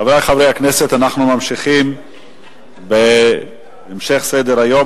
חברי חברי הכנסת אנחנו ממשיכים בהמשך סדר-היום.